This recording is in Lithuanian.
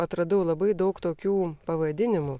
atradau labai daug tokių pavadinimų